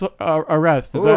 arrest